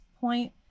point